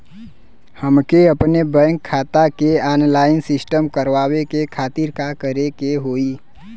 हमके अपने बैंक खाता के ऑनलाइन सिस्टम करवावे के खातिर का करे के होई?